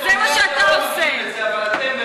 תתביישו לכם.